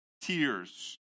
tears